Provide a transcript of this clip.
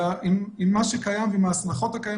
אלא עם החוק הקיים,